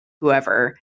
whoever